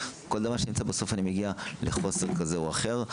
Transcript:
בכל דבר אני מגיע לחוסר כזה או אחר.